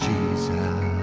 Jesus